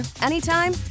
anytime